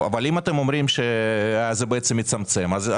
אבל אם אתם אומרים שזה מצמצם את מספר הזכאים